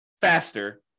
faster